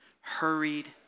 hurried